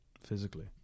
physically